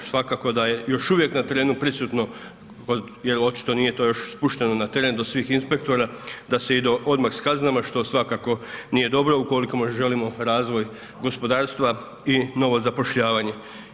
Svakako da je još uvijek na terenu prisutno jer očito nije to još spušteno na teren do svih inspektora da se ide odmah s kaznama, što svakako nije dobro ukoliko želimo razvoj gospodarstva i novo zapošljavanje.